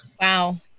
Wow